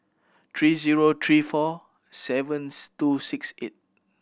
three zero three four seven two six eight